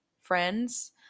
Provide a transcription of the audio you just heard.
friends